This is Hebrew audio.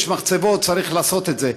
יש מחצבות, צריך לעשות את זה.